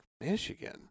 Michigan